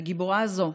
והגיבורה הזאת,